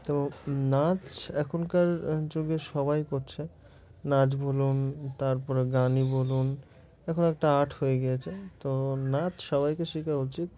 তো নাচ এখনকার যুগে সবাই করছে নাচ বলুন তার পরে গানই বলুন এখন একটা আর্ট হয়ে গিয়েছে তো নাচ সবাইকে শেখা উচিত